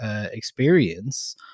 experience